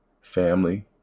family